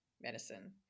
medicine